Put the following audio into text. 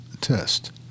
test